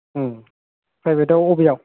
ओं प्राइभेथाव अबेयाव